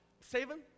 seven